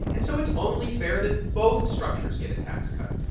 and so it's only fair that both structures get a tax cut.